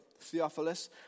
Theophilus